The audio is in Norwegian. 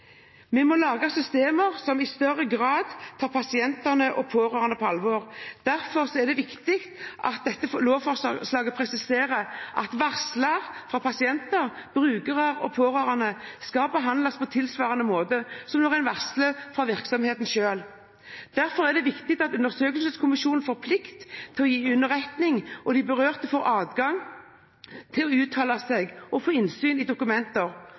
Vi må lage systemer som i større grad tar pasientene og de pårørende på alvor. Derfor er det viktig at dette lovforslaget presiserer at varsler fra pasienter, brukere og pårørende skal behandles på tilsvarende måte som når varsler kommer fra virksomheten selv. Derfor er det viktig at undersøkelseskommisjonen får plikt til å gi underretning, og at de berørte får adgang til å uttale seg og får innsyn i dokumenter.